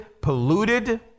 polluted